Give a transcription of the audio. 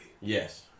Yes